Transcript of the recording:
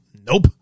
Nope